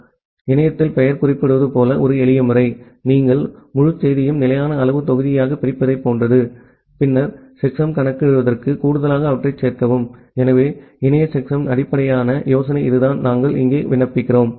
எனவே இணையத்தில் பெயர் குறிப்பிடுவது போல ஒரு எளிய முறை நீங்கள் முழு செய்தியையும் நிலையான அளவு தொகுதியாகப் பிரிப்பதைப் போன்றது பின்னர் செக்சம் கணக்கிடுவதற்கு கூடுதலாக அவற்றைச் சேர்க்கவும் எனவே இணைய செக்ஸமின் அடிப்படை யோசனை இதுதான் நாங்கள் இங்கே விண்ணப்பிக்கிறோம்